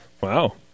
Wow